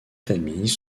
familles